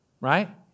Right